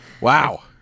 Wow